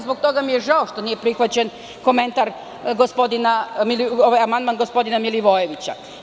Zbog toga mi je žao što nije prihvaćen amandman gospodina Milivojevića.